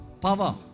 Power